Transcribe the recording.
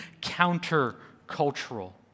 counter-cultural